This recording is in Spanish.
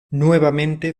nuevamente